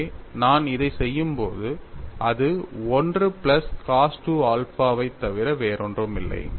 எனவே நான் இதைச் செய்யும்போது அது 1 பிளஸ் cos 2 ஆல்பாவைத் தவிர வேறொன்றுமில்லை